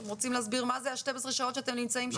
אתם רוצים להסביר מה זה ה-12 שעות שאתם נמצאים שם,